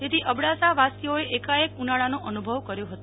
તેથી અબડાસા વાસીઓએ એકાએક ઉનાળોનો અનુભવ કર્યો હતો